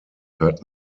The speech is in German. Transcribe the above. hört